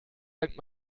sankt